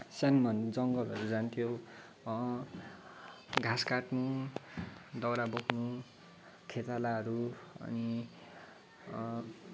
सानोमा जङ्गलहरू जान्थ्यौँ घाँस काट्न दाउरा बोक्न खेतालाहरू अनि